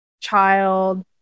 child